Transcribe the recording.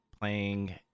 playing